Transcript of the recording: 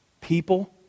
people